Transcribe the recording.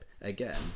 again